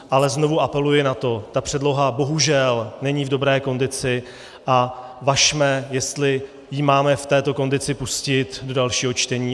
Ale znovu apeluji na to, ta předloha bohužel není v dobré kondici a važme, jestli ji máme v této kondici pustit do dalšího čtení.